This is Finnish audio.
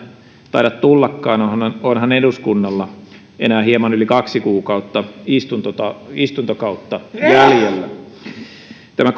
taida tullakaan onhan onhan eduskunnalla enää hieman yli kaksi kuukautta istuntokautta istuntokautta jäljellä tämä